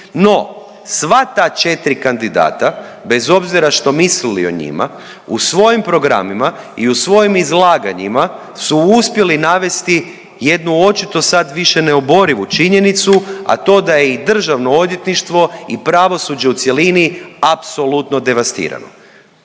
No, sva ta četiri kandidata bez obzira što mislili o njima u svojim programima i u svojim izlaganjima su uspjeli navesti jednu očito sad više neoborivo činjenicu, a to da i Državno odvjetništvo i pravosuđe u cjelini apsolutno devastirano.